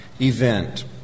event